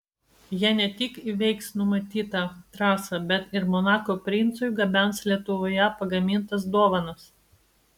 jie ne tik įveiks numatytą trasą bet ir monako princui gabens lietuvoje pagamintas dovanas